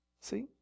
See